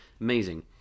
amazing